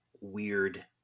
weird